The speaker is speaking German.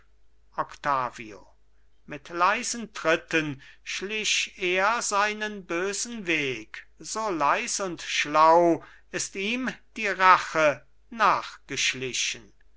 octavio mit leisen tritten schlich er seinen bösen weg so leis und schlau ist ihm die rache